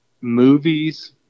movies